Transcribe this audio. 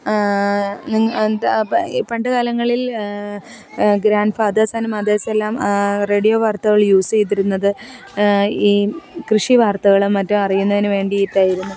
പണ്ടുകാലങ്ങളിൽ grand fathers and മദേഴ്സെല്ലാം radio വാർത്തകൾ യൂസ് ചെയ്തിരുന്നത് ഈ കൃഷി വാർത്തകളും മറ്റും അറിയുന്നതിനു വേണ്ടിയിട്ടായിരുന്നു